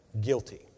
guilty